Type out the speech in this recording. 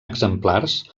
exemplars